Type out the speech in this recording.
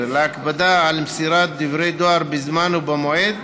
להקפדה על מסירת דברי דואר בזמן ובמועד,